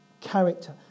character